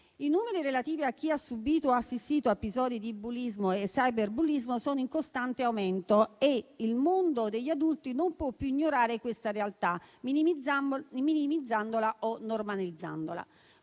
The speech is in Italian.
I numeri relativi a chi ha subìto o assistito a episodi di bullismo e cyberbullismo sono in costante aumento e il mondo degli adulti non può più ignorare questa realtà, minimizzandola o normalizzandola.